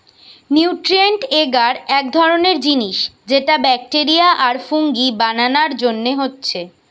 nutrient এগার এক ধরণের জিনিস যেটা ব্যাকটেরিয়া আর ফুঙ্গি বানানার জন্যে হচ্ছে